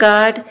God